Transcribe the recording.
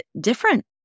different